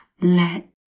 let